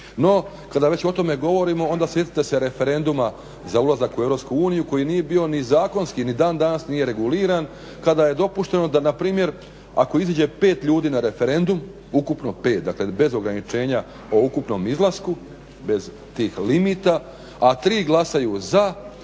No kada već o tome govorimo onda sjetite se referenduma za ulazak u EU koji nije bio ni zakonski ni dan danas nije reguliran kada je dopušteno da npr. ako izađe pet ljudi na referendum, ukupno pet dakle bez ograničenja o ukupnom izlasku, bez tih limita a tri glasaju za,